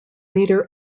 leader